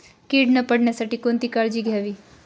कीड न पडण्यासाठी कोणती काळजी घ्यावी?